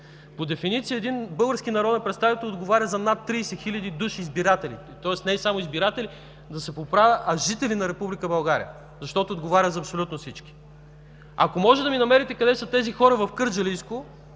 По дефиниция един български народен представител отговаря за над 30 хиляди души избиратели. Тоест не само избиратели, да се поправя, а жители на Република България, защото отговаря за абсолютно всички. Ако може да ми намерите къде са тези хора в Кърджалийско,